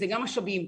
גם משאבים,